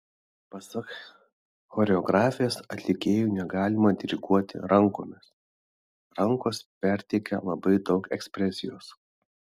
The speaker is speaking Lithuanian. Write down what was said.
pasak choreografės atlikėjui negalima diriguoti rankomis rankos perteikia labai daug ekspresijos